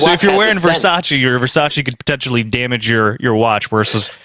if you're wearing versace. your versace could potentially damage your your watch, versus,